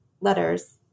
letters